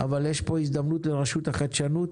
אבל יש פה הזדמנות לרשות החדשנות